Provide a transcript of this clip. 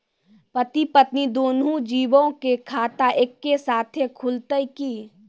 पति पत्नी दुनहु जीबो के खाता एक्के साथै खुलते की?